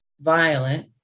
violent